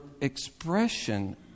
expression